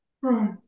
Right